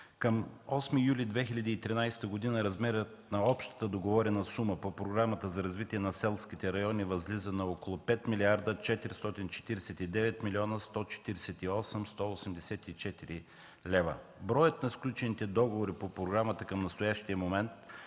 Към 8 юли 2013 г. размерът на общата договорена сума по Програмата за развитие на селските райони възлиза на около 5 млрд. 449 млн. 148 хил. 184 лв. Броят на сключените договори по програмата към настоящия момент